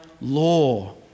law